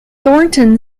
thornton